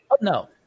No